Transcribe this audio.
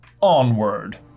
Onward